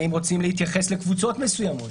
האם רוצים להתייחס לקבוצות מסוימות?